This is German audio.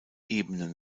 ebene